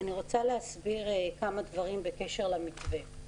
אני רוצה להסביר כמה דברים בקשר למתווה.